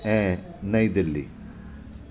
ऐं नई दिल्ली